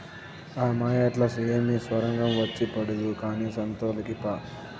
ఆ మాయేట్లా ఏమి సొరంగం వచ్చి పడదు కానీ సంతలోకి పా